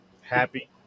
Happy